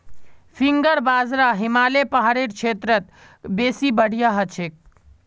finger बाजरा हिमालय पहाड़ेर क्षेत्रत बेसी बढ़िया हछेक